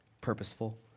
purposeful